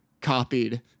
copied